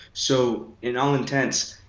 so in all intents,